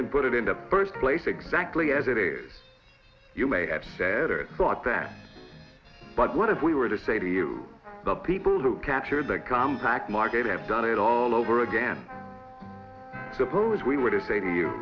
can put it in the first place exactly as it is you may have said or thought that but what if we were to say to you the people who captured that compaq market have done it all over again suppose we were to say to you